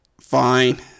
fine